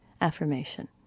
affirmation